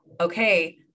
Okay